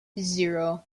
zero